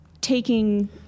taking